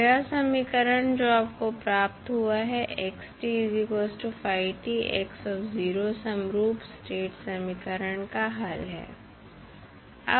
तो यह समीकरण जो आपको प्राप्त हुआ है समरूप स्टेट समीकरण का हल है